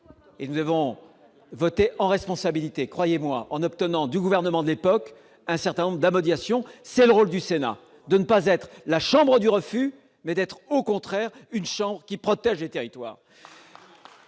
avons donc voté en responsabilité- croyez-moi !-, en obtenant du gouvernement de l'époque un certain nombre d'améliorations. C'est le rôle du Sénat : ne pas être la chambre du refus, mais être au contraire une chambre qui protège les territoires